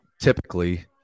typically